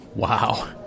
Wow